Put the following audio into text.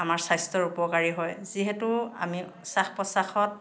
আমাৰ স্বাস্থ্যৰ উপকাৰী হয় যিহেতু আমি শ্বাস প্ৰশ্বাসত